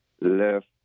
left